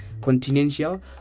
continental